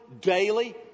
daily